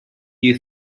you